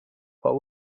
what